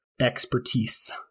expertise